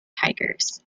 tigers